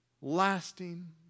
lasting